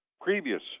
previous